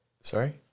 Sorry